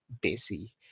busy